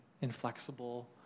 inflexible